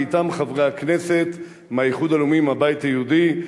ואתם חברי הכנסת מהאיחוד הלאומי ומהבית היהודי,